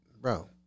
bro